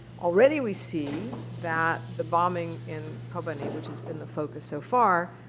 already, we see that the bombing in kobani, which has been the focus so far,